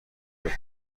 یابد